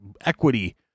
equity